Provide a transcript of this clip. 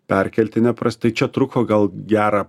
perkeltine prasme čia truko gal gerą